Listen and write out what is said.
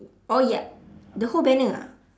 oh ya the whole banner ah